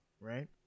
Right